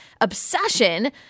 obsession